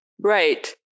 Right